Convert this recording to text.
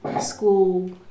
school